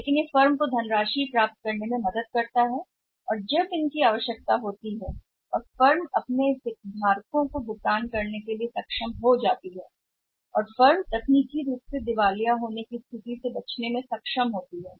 लेकिन यह फर्मों को धनराशि जुटाने में मदद करता है इनकी आवश्यकता होती है और जब यह होता है तब फर्म अपने विभिन्न हितधारकों को भुगतान करने में सक्षम होती है हो सकता है और फर्म तकनीकी दिवाला की स्थिति से बचने में सक्षम है